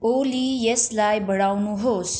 ओली यसलाई बढाउनुहोस्